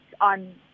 on